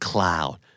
CLOUD